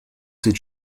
sieht